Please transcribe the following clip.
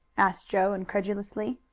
asked joe incredulously.